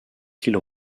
qu’il